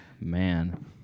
Man